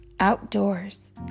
outdoors